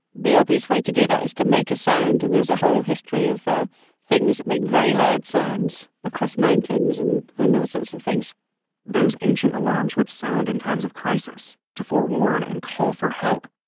the obvious way to do that is to make a sound, and there's a whole history of ah things that make very loud sounds, across mountains and and all sorts of things those ancient alarms would sound in times of crisis, to forewarn and call for help,